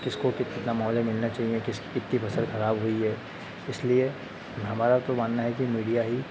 किसको कित कितना मुआवज़ा मिलना चाहिए किस कितनी फ़सल खराब हुई है इसलिए हमारा तो मानना है कि मीडिया ही